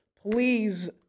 Please